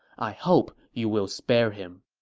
i hope you will spare him.